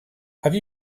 have